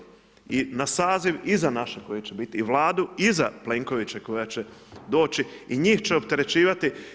I na saziv iza našeg kojeg će biti i Vladu iza Plenkovićeve koja će doći i njih će opterećivati.